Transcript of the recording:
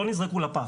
לא נזרקו לפח.